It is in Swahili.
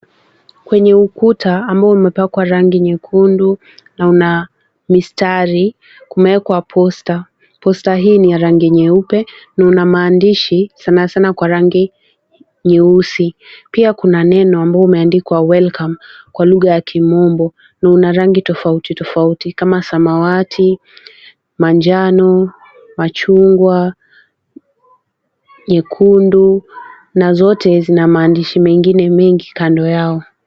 Kwenye ukuta ambao umepakwa rangi nyekundu na una mistari, kumewekwa posta. Posta hii ni ya rangi nyeupe na una maandishi sana sana kwa rangi nyeusi. Pia kuna neno ambao umeandikwa welcome kwa lugha ya kimombo na una rangi tofauti tofauti kama samawati, manjano, machungwa, nyekundu na zote zina maandishi mengine mengi kando yao.